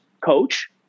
coach